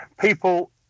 people